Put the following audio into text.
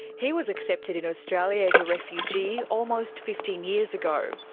he was accepted in australia as a refugee almost fifteen years ago.